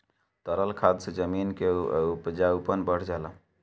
तरल खाद से जमीन क उपजाऊपन बढ़ जाला